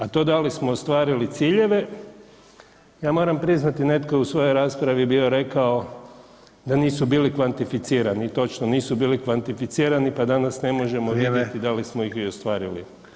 A to da li smo ostvarili ciljeve, ja moram priznati netko je u svojoj raspravi bio rekao da nisu bili kvantificirani i točno, nisu bili kvantificirani, pa danas ne možemo [[Upadica: Vrijeme]] vidjeti da li smo ih i ostvarili.